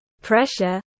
pressure